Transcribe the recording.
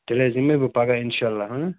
تیٚلہِ حظ یِمٕے بہٕ پگاہ اِنشاءاللہ